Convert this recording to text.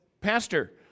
Pastor